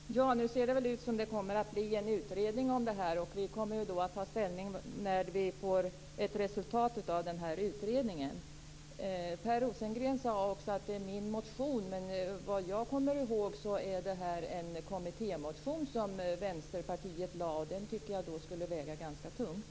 Herr talman! Nu ser det ut som om det kommer att bli en utredning om det här. Vi kommer att ta ställning när vi får ett resultat av utredningen. Per Rosengren sade att det är hans motion. Men vad jag kommer ihåg är det här en kommittémotion som Vänsterpartiet lade fram. Den tycker jag skulle väga ganska tungt.